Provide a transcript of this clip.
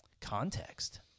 context